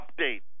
update